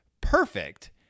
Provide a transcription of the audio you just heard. perfect